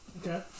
Okay